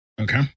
Okay